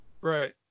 right